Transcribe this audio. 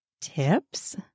tips